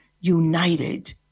united